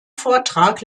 vortrag